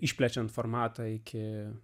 išplečiant formatą iki